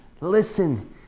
Listen